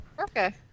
Okay